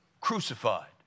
crucified